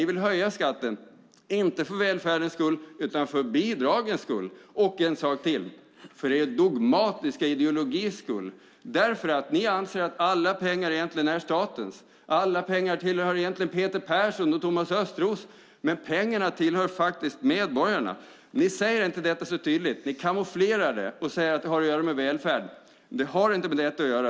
Ni vill höja skatten, inte för välfärdens skull utan för bidragens skull och en sak till, för er dogmatiska ideologis skull, därför att ni anser att alla pengar egentligen är statens, att alla pengar egentligen tillhör Peter Persson och Thomas Östros. Men pengarna tillhör faktiskt medborgarna. Ni säger inte detta så tydligt. Ni kamouflerar det och säger att det har att göra med välfärden men det har inte med den att göra.